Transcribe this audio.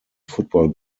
football